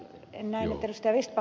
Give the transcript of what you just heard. en näe nyt ed